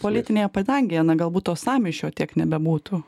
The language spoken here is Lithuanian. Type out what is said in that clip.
politinėje padangėje na galbūt to sąmyšio tiek nebebūtų